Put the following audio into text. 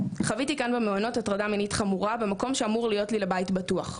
חוויתי כאן במעונות הטרדה מינית חמורה במקום שאמור להיות לי לבית בטוח.